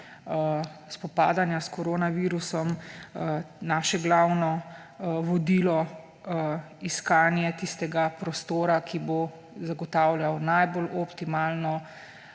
spopadanja s koronavirusom naše glavno vodilo iskanje tistega prostora, ki bo zagotavljal najbolj optimalno